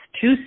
two